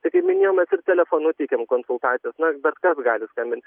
tai kaip minėjau mes ir telefonu teikiam konsultacijas na bet kas gali skambinti